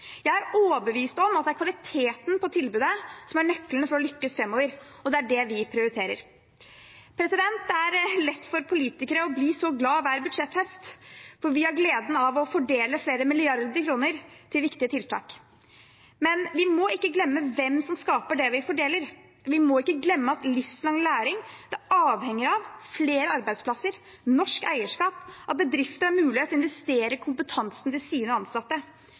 Jeg er overbevist om at det er kvaliteten på tilbudet som er nøkkelen for å lykkes framover, og det er det vi prioriterer. Det er lett for politikere å bli så glad hver budsjetthøst, for vi har gleden av å fordele flere milliarder kroner til viktige tiltak. Men vi må ikke glemme hvem som skaper det vi fordeler. Vi må ikke glemme at livslang læring er avhengig av flere arbeidsplasser, norsk eierskap, at bedrifter har mulighet til å investere i kompetansen til sine ansatte.